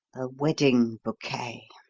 a wedding bouquet!